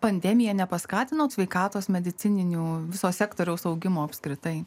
pandemija nepaskatino sveikatos medicininių viso sektoriaus augimo apskritai